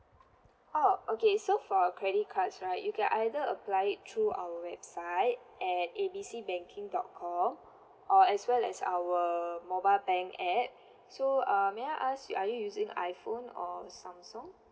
oh okay so for our credit cards right you can either apply it through our website at A B C banking dot com or as well as our mobile bank app so err may I ask are you using iphone or samsung